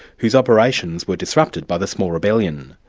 whose operations were disrupted by the small rebellion.